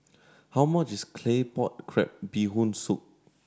how much is Claypot Crab Bee Hoon Soup